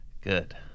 Good